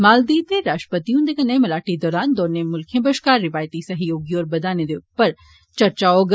मालदीव दे राश्ट्रपति हुन्दे कन्नै मलाटी दौरान दौनें मुल्खें बष्कार रिवायती सहयोग गी होर बदाने दे उपाए उप्पर चर्चा होग